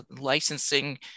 licensing